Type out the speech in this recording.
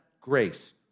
grace